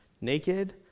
naked